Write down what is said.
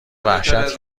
وحشت